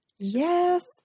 Yes